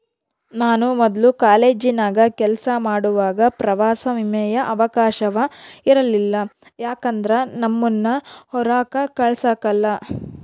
ನಾನು ಮೊದ್ಲು ಕಾಲೇಜಿನಾಗ ಕೆಲಸ ಮಾಡುವಾಗ ಪ್ರವಾಸ ವಿಮೆಯ ಅವಕಾಶವ ಇರಲಿಲ್ಲ ಯಾಕಂದ್ರ ನಮ್ಮುನ್ನ ಹೊರಾಕ ಕಳಸಕಲ್ಲ